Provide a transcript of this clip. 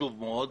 חשוב מאוד.